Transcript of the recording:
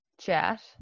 chat